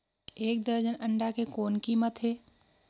एक दर्जन अंडा के कौन कीमत हे?